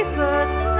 first